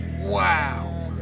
Wow